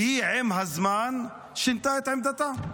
והיא עם הזמן שינתה את עמדתה.